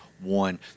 one